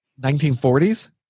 1940s